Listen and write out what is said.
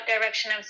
direction